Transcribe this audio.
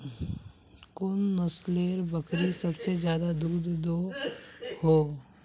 कुन नसलेर बकरी सबसे ज्यादा दूध दो हो?